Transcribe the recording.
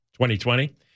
2020